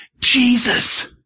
Jesus